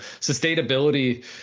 sustainability